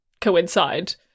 coincide